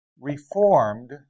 Reformed